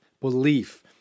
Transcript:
belief